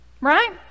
Right